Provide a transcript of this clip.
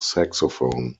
saxophone